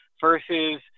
versus